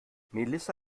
melissa